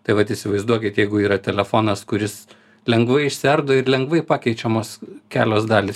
tai vat įsivaizduokit jeigu yra telefonas kuris lengvai išsiardo ir lengvai pakeičiamos kelios dalys